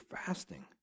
fasting